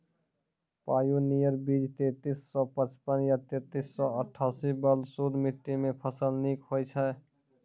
Pioneer बीज तेंतीस सौ पचपन या तेंतीस सौ अट्ठासी बलधुस मिट्टी मे फसल निक होई छै?